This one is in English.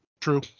True